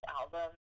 album